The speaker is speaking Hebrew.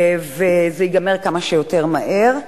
וזה ייגמר כמה שיותר מהר.